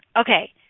Okay